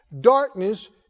Darkness